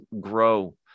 grow